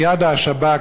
מייד השב"כ,